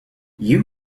you